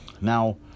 Now